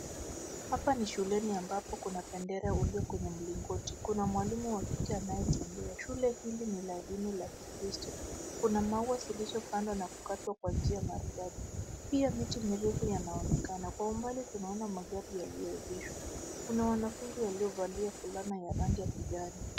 Hapa ni shuleni ambapo kuna bendera uliokwenye mlingoti. Kuna mwalimu wa kiki anayetembea. Shule hili ni la dini la kikristo. Kuna maua zilizopandwa na kukatwa kwa njia maridadi. Pia miti mirefu yanaonekana. Kwa umbali tunaona magari yaliyoegeshwa. Kuna wanafunzi waliovalia fulan ya rangi ya kijani.